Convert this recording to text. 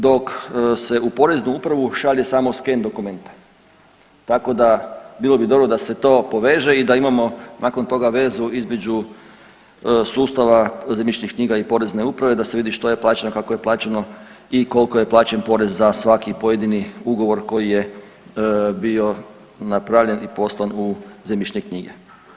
Dok se u Poreznu upravu šalje samo scan dokumenta, tako da bilo bi dobro da se to poveže i da imamo nakon toga vezu između sustava zemljišnih knjiga i Porezne uprave, da se vidi što je plaćeno, kako je plaćeno i koliko je plaćen porez za svaki pojedini ugovor koji je bio napravljen i poslan u zemljišne knjige.